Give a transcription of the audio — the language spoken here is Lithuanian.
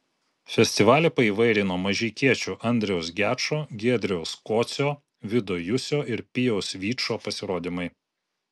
festivalį paįvairino mažeikiečių andriaus gečo giedriaus kocio vido jusio ir pijaus vyčo pasirodymai